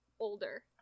Older